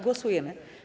Głosujemy.